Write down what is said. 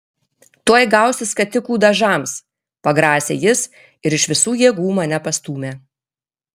tuoj gausi skatikų dažams pagrasė jis ir iš visų jėgų mane pastūmė